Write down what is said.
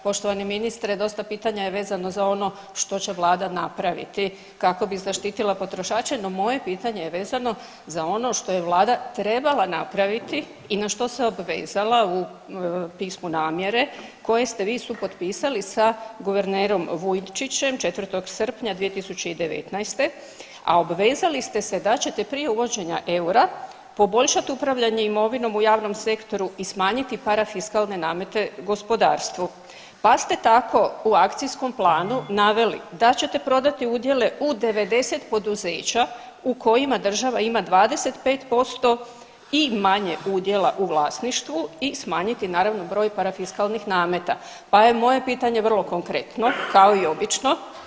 Poštovani ministre, dosta pitanje je vezano za ono što će vlada napraviti kako bi zaštitila potrošače, no moje pitanje je vezano za ono što je vlada trebala napraviti i na što se obvezala u pismu namjere koje ste vi supotpisali sa guvernerom Vujčićem 4. srpnja 2019., a obvezali ste se da ćete prije uvođenja eura poboljšat upravljanje imovinom u javnom sektoru i smanjiti parafiskalne namete gospodarstvu, pa ste tako u akcijskom planu naveli da ćete prodati udjele u 90 poduzeća u kojima država ima 25% i manje udjela u vlasništvu i smanjiti naravno broj parafiskalnih nameta, pa je moje pitanje vrlo konkretno kao i obično.